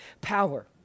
power